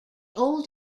old